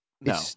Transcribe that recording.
No